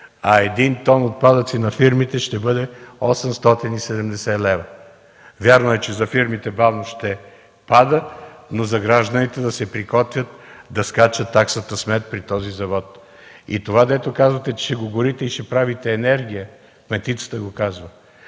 а 1 тон отпадъци на фирмите ще бъде 870 лв. Вярно е, че за фирмите бавно ще пада, но гражданите да се приготвят да скача таксата смет при този завод. Това, дето казвате, че ще го горите и ще правите енергия, каза го